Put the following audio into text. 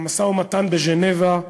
המשא-ומתן בז'נבה,